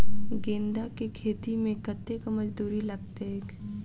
गेंदा केँ खेती मे कतेक मजदूरी लगतैक?